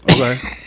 Okay